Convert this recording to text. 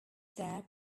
there